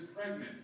pregnant